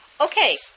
Okay